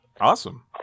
Awesome